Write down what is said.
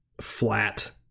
flat